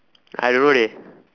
I don't know leh